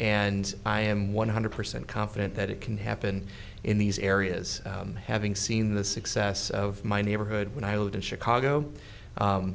and i am one hundred percent confident that it can happen in these areas having seen the success of my neighborhood when i lived in chicago